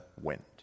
wind